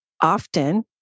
often